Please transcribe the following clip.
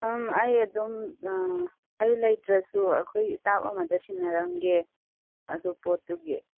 ꯎꯝ ꯑꯩ ꯑꯗꯨꯝ ꯑꯩ ꯂꯩꯇ꯭ꯔꯁꯨ ꯑꯩꯈꯣꯏ ꯁ꯭ꯇꯥꯐ ꯑꯃꯗ ꯁꯤꯟꯅꯔꯝꯒꯦ ꯑꯗꯨ ꯄꯣꯠꯇꯨꯒꯤ